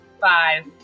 Five